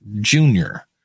Junior